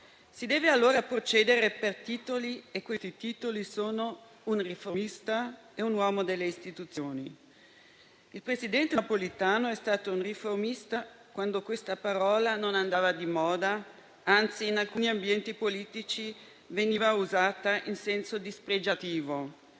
Si deve, allora, procedere per titoli, e questi titoli sono: «un riformista» e «un uomo delle istituzioni». Il presidente Napolitano è stato un riformista, quando questa parola non andava di moda e, anzi, in alcuni ambienti politici veniva usata in senso dispregiativo.